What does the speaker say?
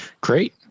Great